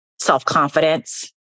self-confidence